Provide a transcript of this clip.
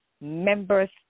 members